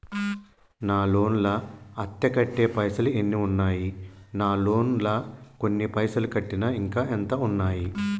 నా లోన్ లా అత్తే కట్టే పైసల్ ఎన్ని ఉన్నాయి నా లోన్ లా కొన్ని పైసల్ కట్టిన ఇంకా ఎంత ఉన్నాయి?